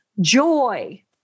joy